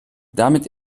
damit